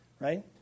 right